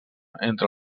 entre